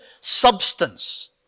substance